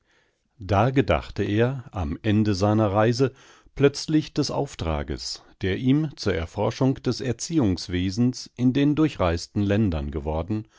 da gedachte er am ende seiner reise plötzlich des auftrages der ihm zur erforschung des erziehungswesens in den durchreisten ländern geworden